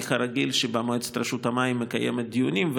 התאריך הרגיל שבו מועצת רשות המים מקיימת דיונים,